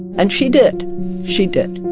and she did she did